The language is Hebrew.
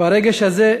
והרגש הזה,